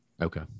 Okay